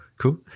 Cool